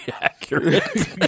accurate